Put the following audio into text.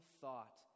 thought